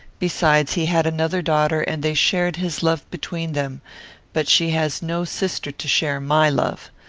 besides, he had another daughter, and they shared his love between them but she has no sister to share my love.